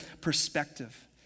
perspective